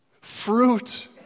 Fruit